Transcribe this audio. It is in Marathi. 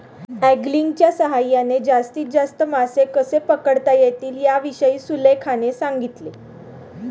अँगलिंगच्या सहाय्याने जास्तीत जास्त मासे कसे पकडता येतील याविषयी सुलेखाने सांगितले